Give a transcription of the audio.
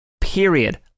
Period